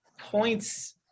points –